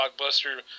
blockbuster